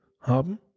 haben